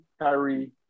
Kyrie